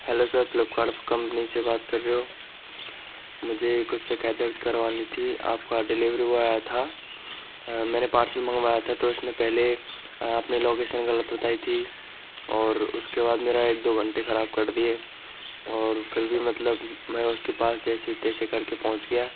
hello sir Flipkart company से बात कर रहे हो मुझे कुछ शिकायत दर्ज करवानी थी आपका डिलिवरी बॉय आया था मैंने पार्सल मंगवया था तो उसने पहले अपनी लौकेसन ग़लत बताई थी और उसके बाद मेरा एक दो घंटे ख़राब कर दिए और फिर भी मतलब मैं उसके पास जैसे तैसे करके पहुँच गया